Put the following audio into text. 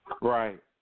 Right